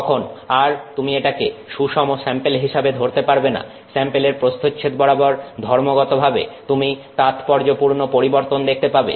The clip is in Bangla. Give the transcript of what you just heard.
তখন আর তুমি এটাকে সুষম স্যাম্পেল হিসেবে ধরতে পারবে না স্যাম্পেলের প্রস্থচ্ছেদ বরাবর ধর্মগত ভাবে তুমি তাৎপর্যপূর্ণ পরিবর্তন দেখতে পাবে